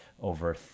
over